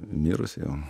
mirus jau